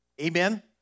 Amen